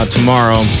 Tomorrow